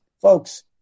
Folks